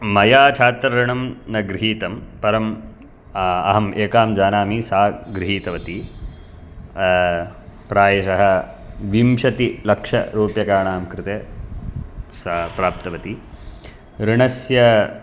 मया छात्र ऋणं न गृहीतं परं अहं एकां जानामि सा गृहीतवती प्रायशः विंशतिलक्षरूप्यकाणां कृते सा प्राप्तवती ऋणस्य